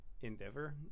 endeavor